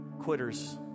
Quitters